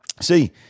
see